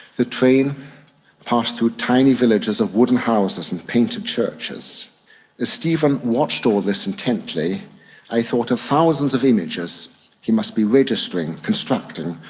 the train passed through tiny villages of wooden houses and painted churches. as stephen watched all this intently i thought of thousands of images he must be registering, constructing,